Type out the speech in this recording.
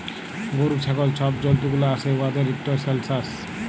গরু, ছাগল ছব জল্তুগুলা আসে উয়াদের ইকট সেলসাস